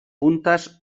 puntes